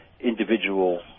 individual